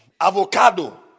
Avocado